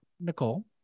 Nicole